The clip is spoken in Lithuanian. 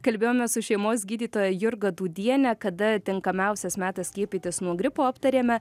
kalbėjome su šeimos gydytoja jurga dūdiene kada tinkamiausias metas skiepytis nuo gripo aptarėme